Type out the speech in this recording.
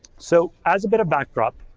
so, as a bit of backdrop,